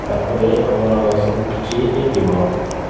ତାପରେ ଆମର ସବୁ କିଛି ହୋଇଯିବ